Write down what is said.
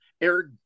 Eric